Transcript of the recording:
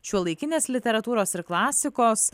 šiuolaikinės literatūros ir klasikos